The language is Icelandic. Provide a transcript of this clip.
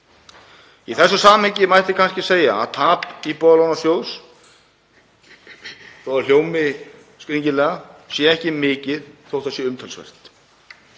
Í þessu samhengi mætti kannski segja að tap Íbúðalánasjóðs, þó að það hljómi skringilega, sé ekki mikið þótt það sé umtalsvert.